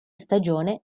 stagione